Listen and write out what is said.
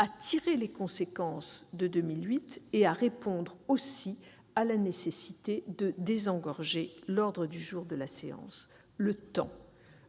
à tirer les conséquences de la révision de 2008 et à répondre à la nécessité de désengorger l'ordre du jour de la séance. Le temps,